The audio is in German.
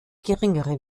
geringere